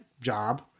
job